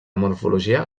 morfologia